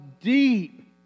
deep